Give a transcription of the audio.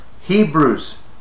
Hebrews